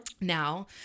now